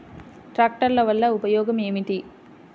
ట్రాక్టర్ల వల్ల ఉపయోగం ఏమిటీ?